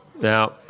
Now